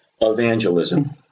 evangelism